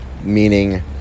meaning